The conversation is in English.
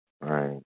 Right